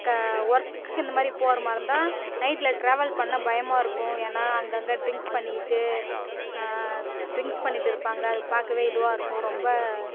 க ஒர்க்குக்கு இந்த மாதிரி போகிற மாரிருந்தா நைட்ல டிராவல் பண்ண பயமாக இருக்கும் ஏன்னா அங்கங்க டிரிங்க்ஸ் பண்ணிகிட்டு டிரிங்க்ஸ் பண்ணிகிட்டு இருப்பாங்க அது பார்க்கவே இதுவாக இருக்கும் ரொம்ப